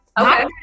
Okay